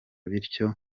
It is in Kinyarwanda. bityo